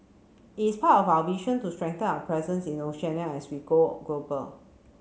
it is part of our vision to strengthen our presence in Oceania as we go global